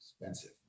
expensive